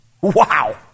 Wow